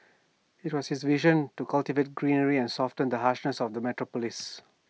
IT was his vision to cultivate greenery and soften the harshness of the metropolis